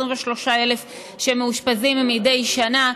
23,000 מאושפזים מדי שנה.